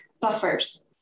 buffers